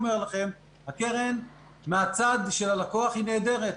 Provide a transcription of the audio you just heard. הקרן מהצד של הלקוח היא נהדרת.